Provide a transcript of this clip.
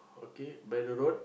okay Braddell road